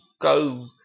go